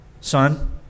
Son